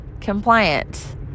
compliant